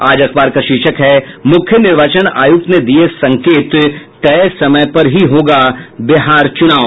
आज अखबार का शीर्षक है मुख्य निर्वाचन आयुक्त ने दिये संकेत तय समय पर होंगे बिहार में चुनाव